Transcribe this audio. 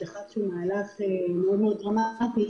מהלך שהוא מאוד דרמטי.